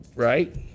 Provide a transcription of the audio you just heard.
right